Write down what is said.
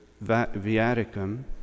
Viaticum